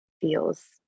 feels